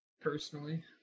personally